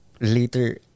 later